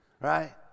right